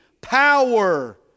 power